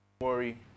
worry